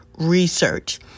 research